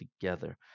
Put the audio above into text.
together